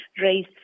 raise